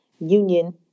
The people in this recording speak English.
union